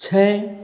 छः